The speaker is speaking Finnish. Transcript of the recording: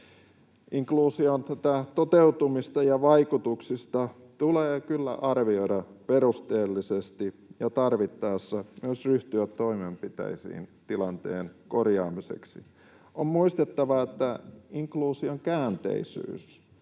Inkluusion toteutumista ja vaikutuksia tulee kyllä arvioida perusteellisesti ja tarvittaessa myös ryhtyä toimenpiteisiin tilanteen korjaamiseksi. On muistettava, että inkluusion käänteisyys